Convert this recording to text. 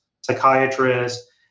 psychiatrists